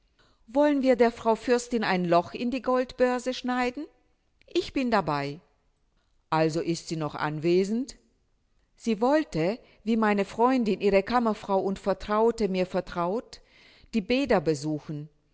wollen wir der frau fürstin ein loch in die goldbörse schneiden ich bin dabei also ist sie noch anwesend sie wollte wie meine freundin ihre kammerfrau und vertraute mir vertraut die bäder besuchen